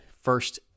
First